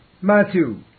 Matthew